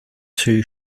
too